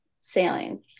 sailing